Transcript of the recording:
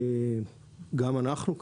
גם אנחנו,